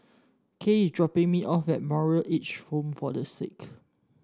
Cael is dropping me off at Moral Aged Home for The Sick